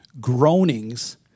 groanings